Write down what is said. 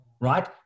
right